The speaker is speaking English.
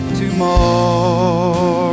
tomorrow